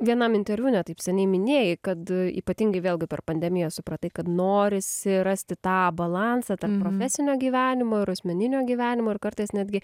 vienam interviu ne taip seniai minėjai kad ypatingai vėlgi per pandemiją supratai kad norisi rasti tą balansą tarp profesinio gyvenimo ir asmeninio gyvenimo ir kartais netgi